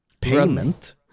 payment